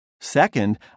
Second